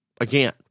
again